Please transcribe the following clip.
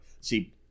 See